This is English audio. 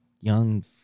young